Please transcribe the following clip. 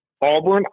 Auburn